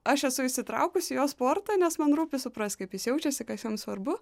aš esu įsitraukus į jo sportą nes man rūpi suprast kaip jis jaučiasi kas jam svarbu